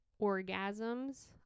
orgasms